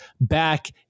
back